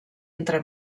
entre